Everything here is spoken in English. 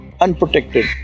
unprotected